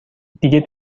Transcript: دیگه